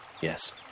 yes